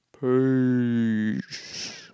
Peace